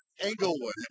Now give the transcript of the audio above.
Englewood